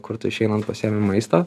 kur tu išeinant pasiimi maistą